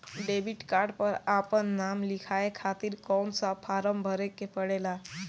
Debit card पर आपन नाम लिखाये खातिर कौन सा फारम भरे के पड़ेला?